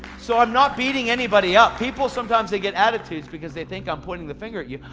so i'm not beating anybody up, people sometimes they get attitudes because they think i'm pointing the finger at you.